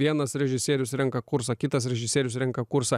vienas režisierius renka kursą kitas režisierius renka kursą